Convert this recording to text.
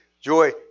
joy